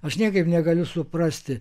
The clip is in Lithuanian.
aš niekaip negaliu suprasti